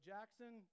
Jackson